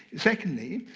secondly,